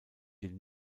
den